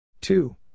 two